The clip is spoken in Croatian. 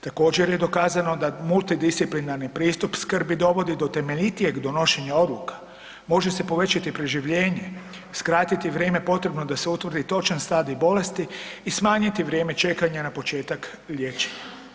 Također je dokazano da multidisciplinarni pristup skrbi dovodi do temeljitijeg donošenja odluka, može se povećat preživljenje, skratiti vrijeme potrebno da se utvrdi točan stadij bolesti i smanjiti vrijeme čekanja na početak liječenja.